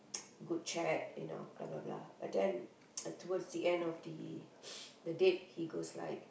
good chat you know blah blah but then towards the end of the the date he goes like